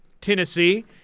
Tennessee